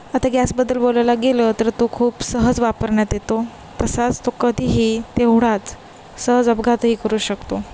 आता गॅसबद्दल बोलायला गेलं तर तो खूप सहज वापरण्यात येतो तसाच तो कधीही तेवढाच सहज अपघातही करू शकतो